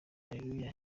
areruya